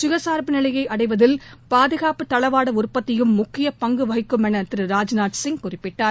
சுயசார்பு நிலையை அடைவதில் பாதுகாப்பு தளவாட உற்பத்தியும் முக்கிய பங்கு வகிக்கும் என திரு ராஜ்நாத் சிங் குறிப்பிட்டார்